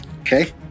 Okay